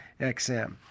XM